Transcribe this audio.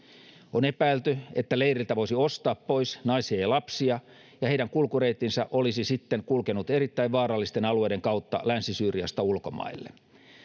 on epäilty että leiriltä voisi ostaa pois naisia ja lapsia ja heidän kulkureittinsä olisi sitten kulkenut erittäin vaarallisten alueiden kautta länsi syyriasta ulkomaille